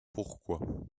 pourquoi